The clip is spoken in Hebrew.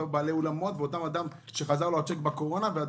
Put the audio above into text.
אותו בעל אולם או אותו אדם שהצ'ק שלו חזר